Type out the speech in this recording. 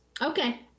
Okay